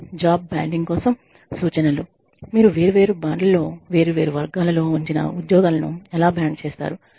job banding కోసం సూచనలు మీరు వేర్వేరు బ్యాండ్లలో వేర్వేరు వర్గాలలో ఉంచిన ఉద్యోగాలను ఎలా బ్యాండ్ చేస్తారు